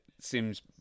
seems